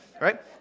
Right